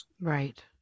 Right